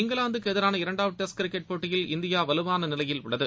இங்கிலாந்துக்கு எதிராள இரண்டாவது டெஸ்ட் கிரிக்கெட் போட்டியில் இந்தியா வலுவான நிலையில் உள்ளது